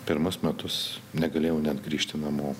pirmus metus negalėjau net grįžti namo